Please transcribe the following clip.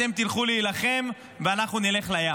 אתם תלכו להילחם ואנחנו נלך לים.